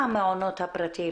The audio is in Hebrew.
המעונות הפרטיים